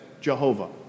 Jehovah